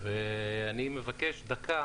אני מבקש דקה